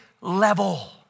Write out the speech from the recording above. level